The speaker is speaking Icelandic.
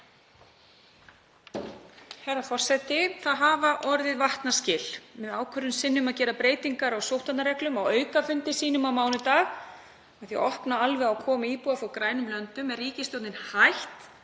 Herra forseti. Það hafa orðið vatnaskil. Með ákvörðun sinni um að gera breytingar á sóttvarnareglum á aukafundi á mánudag og opna alveg á komu íbúa frá grænum löndum er ríkisstjórnin hætt